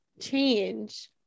change